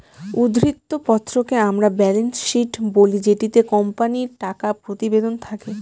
উদ্ধৃত্ত পত্রকে আমরা ব্যালেন্স শীট বলি যেটিতে কোম্পানির টাকা প্রতিবেদন থাকে